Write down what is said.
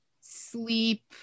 Sleep